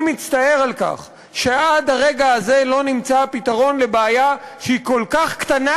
אני מצטער על כך שעד הרגע הזה לא נמצא הפתרון לבעיה שהיא כל כך קטנה,